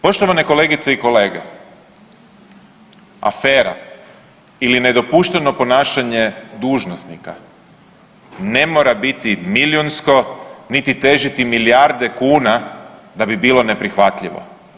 Poštovane kolegice i kolege, afera ili nedopušteno ponašanje dužnosnika ne mora biti milijunsko niti težiti milijarde kuna da bi bilo neprihvatljivo.